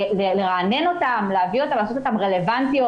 צריך לרענן אותן, לעשות אותן רלוונטיות.